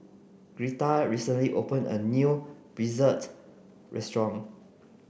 greta recently opened a new Pretzel restaurant